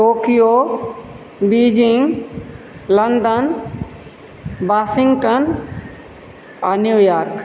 Tokyo Beijing London Washington आ New York